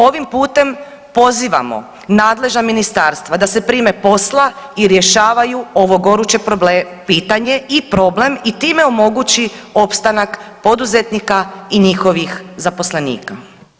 Ovim putem pozivamo nadležna ministarstva da se prime posla i rješavaju ovo goruće pitanje i problem i time omogući opstanak poduzetnika i njihovih zaposlenika.